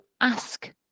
ask